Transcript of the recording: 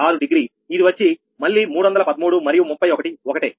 6 డిగ్రీఇది వచ్చి మళ్లీ 313 మరియు 31 ఒకటే